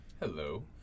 Hello